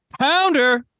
pounder